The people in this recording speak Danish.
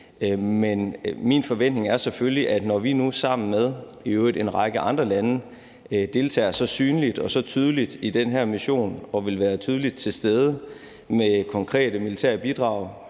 Min forventning er selvfølgelig, at når vi nu sammen med i øvrigt en række andre lande deltager så synligt og så tydeligt i den her mission og vil være tydeligt til stede med konkrete militære bidrag,